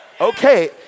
Okay